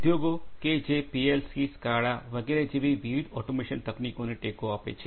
ઉદ્યોગો કે જે પીએલસી સ્કાડા વગેરે જેવી વિવિધ ઓટોમેશન તકનીકોને ટેકો આપે છે